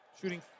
shooting